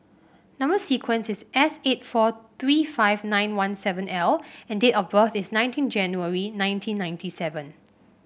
number sequence is S eight four three five nine one seven L and date of birth is nineteen January nineteen ninety seven